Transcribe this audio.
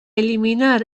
eliminar